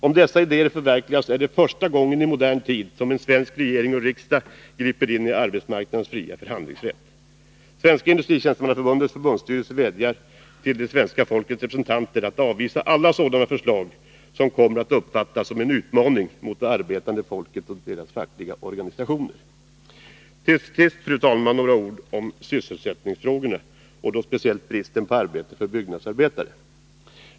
Om dessa idéer förverkligas är det första gången i modern tid som en svensk regering och riksdag griper in i arbetsmarknadsparternas fria förhandlingsrätt. Svenska Industritjänstemannaförbundets förbundsstyrelse vädjar till det svenska folkets representanter att avvisa alla sådana förslag som kommer att uppfattas som en utmaning mot det arbetande folket och deras fackliga organisationer.” Till sist, fru talman, några ord om sysselsättningsfrågorna och då speciellt om bristen på arbete för byggnadsarbetare.